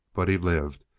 but he lived,